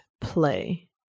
play